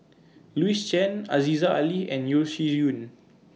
Louis Chen Aziza Ali and Yeo Shih Yun